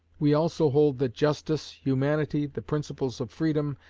we also hold that justice, humanity, the principles of freedom,